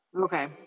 okay